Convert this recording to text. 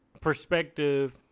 perspective